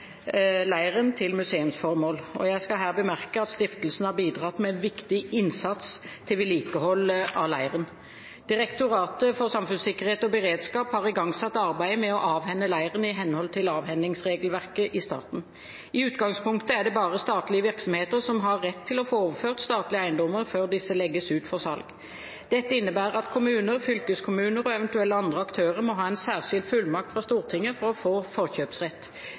leiren til museumsformål. Jeg skal her bemerke at stiftelsen har bidratt med viktig innsats til vedlikehold av leiren. Direktoratet for samfunnssikkerhet og beredskap har igangsatt arbeidet med å avhende leiren i henhold til avhendingsregelverket i staten. I utgangspunktet er det bare statlige virksomheter som har rett til å få overført statlige eiendommer før disse legges ut for salg. Dette innebærer at kommuner/fylkeskommuner og eventuelle andre aktører må ha en særskilt fullmakt fra Stortinget for å få forkjøpsrett.